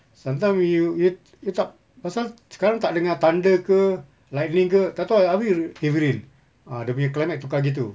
sometime you you ta~ tak pasal sekarang tak dengar thunder ke lightning ke tak tahu ha~ habis it rain ah dia punya climate tukar gitu